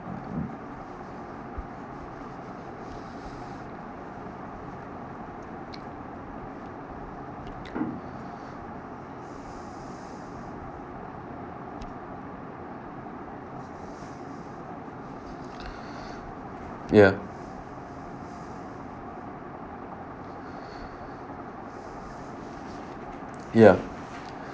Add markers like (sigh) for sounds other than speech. (breath) ya (breath) ya